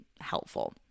helpful